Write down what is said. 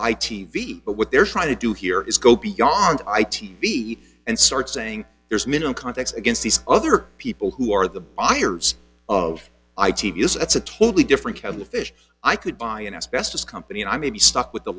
i t v but what they're trying to do here is go beyond i t v and start saying there's minimum context against these other people who are the buyers of i t v that's a totally different kettle of fish i could buy an asbestos company and i may be stuck with the